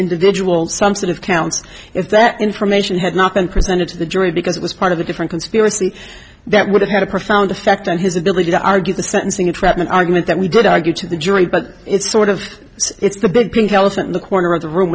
individual some sort of count if that information had not been presented to the jury because it was part of a different conspiracy that would have had a profound effect on his ability to argue the sentencing entrapment argument that we did argue to the jury but it's sort of it's a big pink elephant in the corner of the room